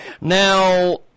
Now